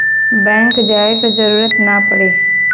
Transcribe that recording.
bank जाये क जरूरत ना पड़ी